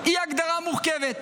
הגדרה מורכבת,